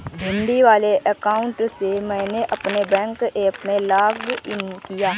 भिंड वाले अकाउंट से मैंने अपने बैंक ऐप में लॉग इन किया